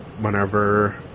whenever